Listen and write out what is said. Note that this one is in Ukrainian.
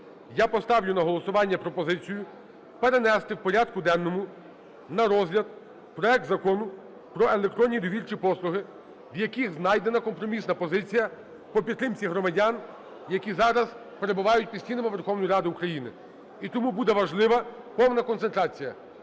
я поставлю на голосування пропозицію перенести в порядку денному на розгляд проект Закону про електронні довірчі послуги, в яких знайдена компромісна позиція по підтримці громадян, які зараз перебувають під стінами Верховної Ради України. І тому буде важливо повна концентрація.